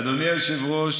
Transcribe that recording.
אדוני היושב-ראש,